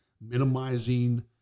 minimizing